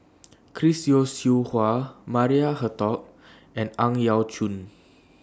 Chris Yeo Siew Hua Maria Hertogh and Ang Yau Choon